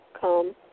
come